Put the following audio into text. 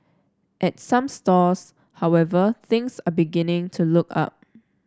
at some stores however things are beginning to look up